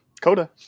Coda